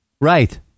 Right